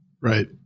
Right